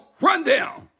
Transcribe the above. Rundown